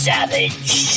Savage